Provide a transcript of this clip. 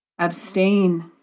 abstain